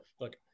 look